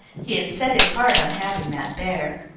he had set his heart on having that bear.